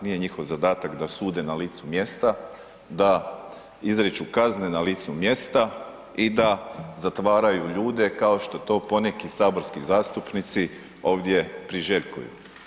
Nije njihov zadatak da sude na licu mjesta, da izriču kazne na licu mjesta i da zatvaraju ljude, kao što to poneki saborski zastupnici ovdje priželjkuju.